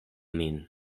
min